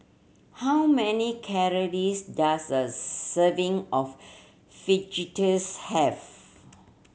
how many calories does a serving of Fajitas have